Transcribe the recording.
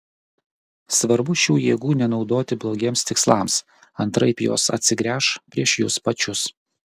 svarbu šių jėgų nenaudoti blogiems tikslams antraip jos atsigręš prieš jus pačius